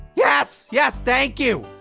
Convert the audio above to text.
yes, yes, thank you!